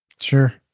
Sure